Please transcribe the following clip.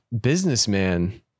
businessman